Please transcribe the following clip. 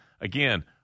Again